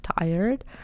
tired